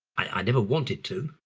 i never wanted to,